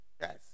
Yes